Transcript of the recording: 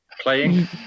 playing